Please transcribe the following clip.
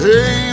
Hey